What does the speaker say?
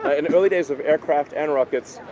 ah in the early days of aircraft and rockets,